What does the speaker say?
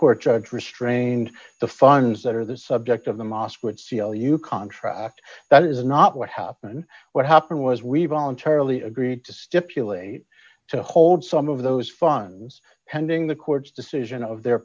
court judge restrained the funds that are the subject of the mosque would c l u contract that is not what happen what happened was we voluntarily agreed to stipulate to hold some of those funds pending the court's decision of their